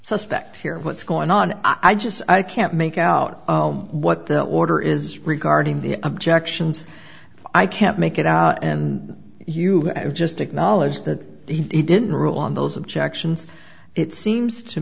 suspect here what's going on i just i can't make out what the order is regarding the objections i can't make it out and you just acknowledged that he didn't rule on those objections it seems to